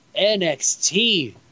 NXT